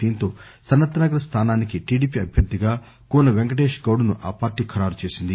దీంతో సనత్నగర్ స్లానానికి టిడిపి అభ్యర్గిగా కూన వెంకటేశ్ గౌడ్ ను ఆ పార్టీ ఖరారు చేసింది